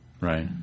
Right